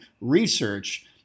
research